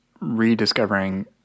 rediscovering